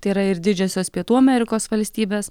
tai yra ir didžiosios pietų amerikos valstybės